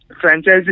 franchise